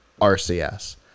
rcs